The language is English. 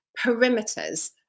perimeters